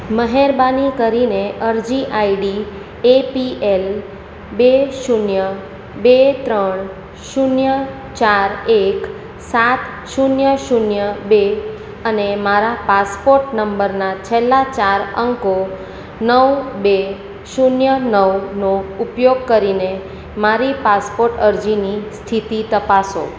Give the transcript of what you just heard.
મહેરબાની કરીને અરજી આઈડી એપીએલ બે શૂન્ય બે ત્રણ શૂન્ય ચાર એક સાત શૂન્ય શૂન્ય બે અને મારા પાસપોર્ટ નંબરના છેલ્લા ચાર અંકો નવ બે શૂન્ય નવનો ઉપયોગ કરીને મારી પાસપોર્ટ અરજીની સ્થિતિ તપાસો